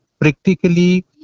Practically